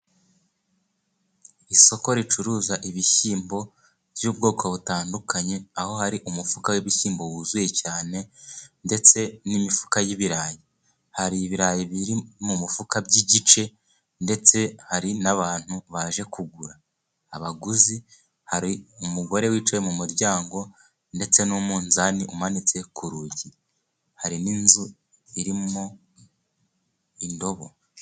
Isoko ricuruza ibishyimbo by'ubwoko butandukanye, aho hari umufuka w'ibishyimbo wuzuye cyane, ndetse n'imifuka y'ibirayi. Hari ibirayi biri mu mufuka by'igice ndetse hari n'abantu baje kugura. Abaguzi hari umugore wicaye mu muryango, ndetse n'umuzani umanitse ku rugi, hari n'inzu irimo indobo.